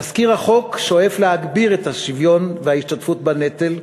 תזכיר החוק שואף להגביר את השוויון וההשתתפות בנטל,